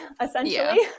essentially